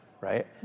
right